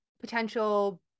potential